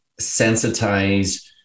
sensitize